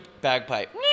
bagpipe